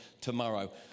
tomorrow